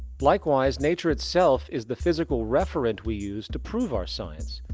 likewise, nature itself is the physical referent we use to prove our science,